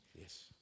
Yes